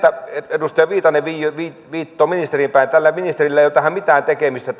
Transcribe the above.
edustaja viitanen viittoo ministeriin päin tällä ministerillä ei ole mitään tekemistä